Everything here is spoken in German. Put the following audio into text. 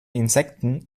insekten